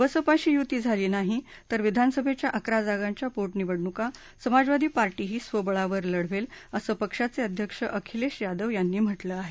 बसपाशी युती झाली नाही तर विधानसभेच्या अकरा जागांच्या पोटनिवडणुका समाजवादी पार्टीही स्वबळावर लढवेल असं पक्षाचे अध्यक्ष अखिलेश यादव यांनी म्हटलं आहे